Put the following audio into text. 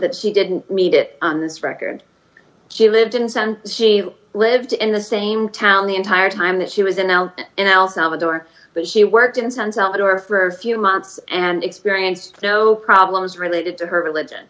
that she didn't meet it on this record she lived in san she lived in the same town the entire time that she was in el in el salvador but she worked in san salvador for a few months and experienced no problems related to her religion